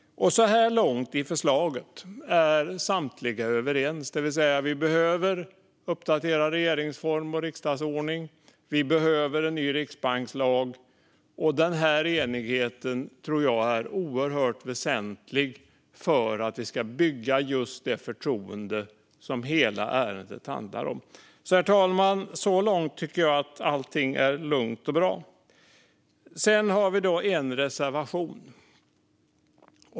Så här långt i förslaget är samtliga överens: Vi behöver uppdatera regeringsform och riksdagsordning, och vi behöver en ny riksbankslag. Denna enighet tror jag är oerhört väsentlig för att vi ska bygga det förtroende som hela ärendet handlar om. Så långt, herr talman, tycker jag att allting är lugnt och bra. Sedan finns det en reservation.